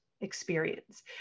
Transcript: experience